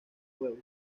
huevos